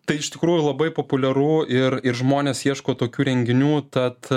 tai iš tikrųjų labai populiaru ir ir žmonės ieško tokių renginių tad